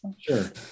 sure